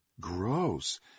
Gross